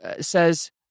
says